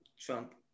Trump